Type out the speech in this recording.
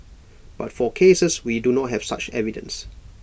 but for cases we do not have such evidence